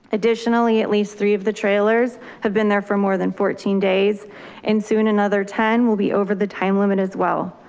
additionally, at least three of the trailers have been there for more than fourteen days and soon another ten will be over the time limit as well.